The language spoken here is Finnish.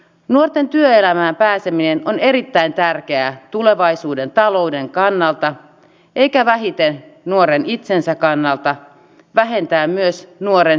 nuorten työelämään pääseminen on erittäin tärkeää tulevaisuuden talouden kannalta eikä vähiten nuoren itsensä kannalta vähentää myös nuoren